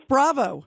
Bravo